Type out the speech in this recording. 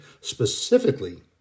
specifically